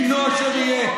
יהיה מינו אשר יהיה.